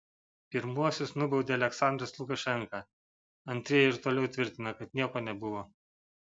pirmuosius nubaudė aliaksandras lukašenka antrieji ir toliau tvirtina kad nieko nebuvo